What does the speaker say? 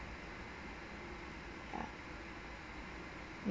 ya